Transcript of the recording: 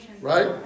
Right